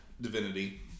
Divinity